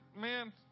Man